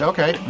Okay